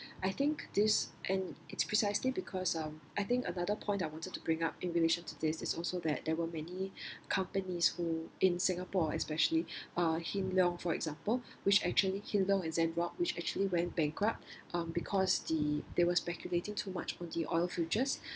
I think this and it's precisely because um I think another point that I wanted to bring up in relation to this is also that there were many companies who in singapore especially uh hin leong for example which actually Hin Leong and ZenRock which actually went bankrupt um because the they were speculating too much on the oil futures